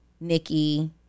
Nikki